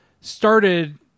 started